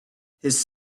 his